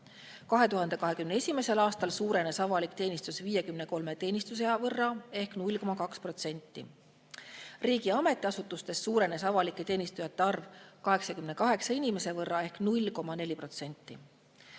2021. aastal suurenes avalik teenistus 53 teenistuja võrra ehk 0,2%. Riigi ametiasutustes suurenes avalike teenistujate arv 88 inimese võrra ehk 0,4%.